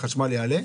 החשמל יעלה?